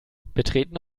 betreten